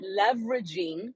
leveraging